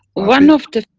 one of the.